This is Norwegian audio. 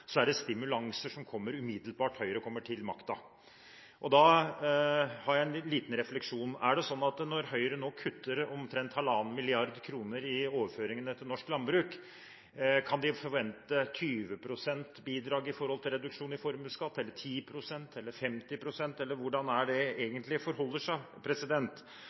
stimulanser – som kommer umiddelbart når Høyre kommer til makten. Da har jeg en liten refleksjon. Er det slik når Høyre nå kutter omtrent 1,5 mrd. kr i overføringene til norsk landbruk, at en kan forvente 10 pst., 20 pst. eller 50 pst. bidrag i reduksjon av formuesskatten – eller hvordan er det det egentlig forholder seg?